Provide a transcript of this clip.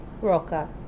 Roca